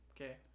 okay